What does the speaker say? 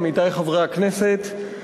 עמיתי חברי הכנסת,